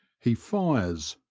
he fires,